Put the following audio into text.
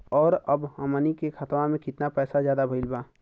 और अब हमनी के खतावा में कितना पैसा ज्यादा भईल बा?